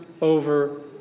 over